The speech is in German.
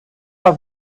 mal